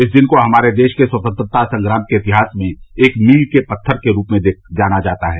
इस दिन को हमारे देश के स्वतंत्रता संग्राम के इतिहास में एक मील के पत्थर के रूप में जाना जाता है